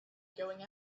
going